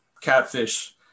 catfish